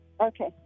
Okay